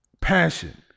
Passion